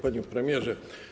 Panie Premierze!